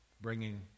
bringing